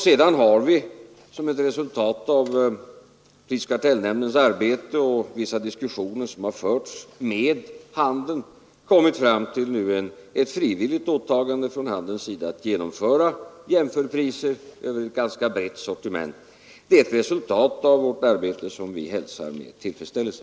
Sedan har vi som ett resultat av prisoch kartellnämndens arbete och vissa diskussioner som förts med handeln kommit fram till frivilligt åtagande från handelns sida att genomföra jämförpriser över ett ganska brett sortiment. Det är ett resultat av vårt arbete som vi hälsar med tillfredsställelse.